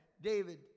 David